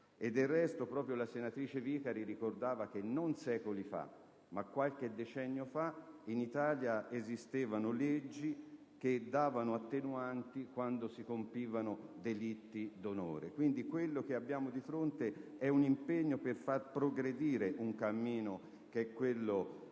Del resto, proprio la senatrice Vicari ricordava che, non secoli fa, ma qualche decennio fa, in Italia esistevano leggi che prevedevano attenuanti quando si compivano delitti d'onore. Quindi, quello che abbiamo di fronte è un impegno per far progredire il cammino della